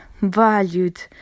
valued